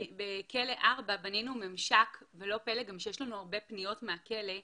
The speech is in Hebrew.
בכלא 4 בנינו ממשק ולא פלא גם שיש לנו הרבה פניות מהכלא,